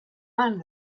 man